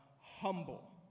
humble